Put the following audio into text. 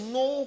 no